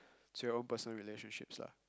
to your own personal relationship lah